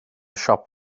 siop